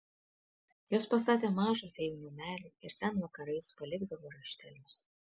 jos pastatė mažą fėjų namelį ir ten vakarais palikdavo raštelius